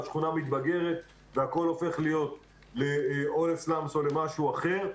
והשכונה מתבגרת והכול הופך להיות או סלאמס או משהו אחר.